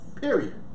Period